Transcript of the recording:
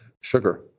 sugar